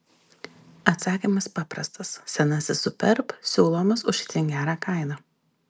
atsakymas paprastas senasis superb siūlomas už itin gerą kainą